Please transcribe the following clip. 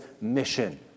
mission